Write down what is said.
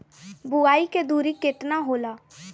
बुआई के दूरी केतना होला?